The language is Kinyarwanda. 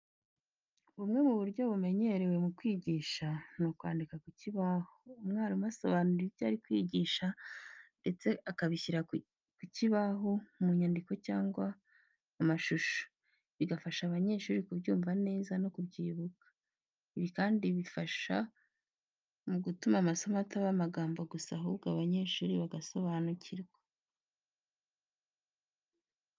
Bumwe mu buryo bumenyerewe mu kwigisha, ni ukwandika ku kibaho. Umwarimu asobanura ibyo ari kwigisha ndetse akabishyira ku kibaho mu nyandiko cyangwa amashusho, bigafasha abanyeshuri kubyumva neza no kubyibuka. Ibi kandi bifasha mu gutuma amasomo ataba amagambo gusa, ahubwo abanyeshuri bagasobanukirwa.